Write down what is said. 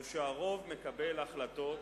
הוא שהרוב מקבל החלטות